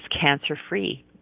cancer-free